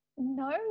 No